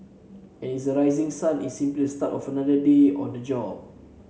and is the rising sun is simply the start of another day on the job